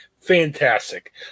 Fantastic